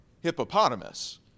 hippopotamus